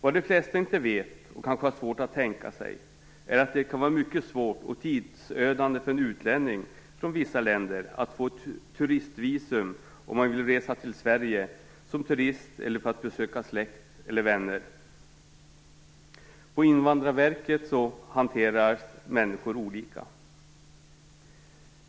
Vad de flesta inte vet, eller har kanske svårt att tänka sig, är att det kan vara mycket svårt och tidsödande för en utlänning - detta gäller vissa länder - att få ett turistvisum om man vill resa till Sverige som turist eller för att besöka släkt eller vänner. På Invandrarverket hanteras människor olika.